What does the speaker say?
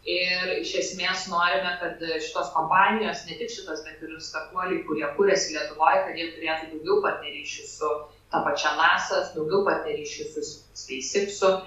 ir iš esmės norime kad šitos kompanijos ne tik šitos bet ir startuoliai kurie kuriasi lietuvoj kad jie turėtų daugiau partnerysčių su ta pačia nasa daugiau partneryščių su s speis iksu